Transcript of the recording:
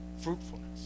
fruitfulness